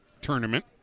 tournament